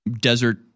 desert